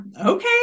Okay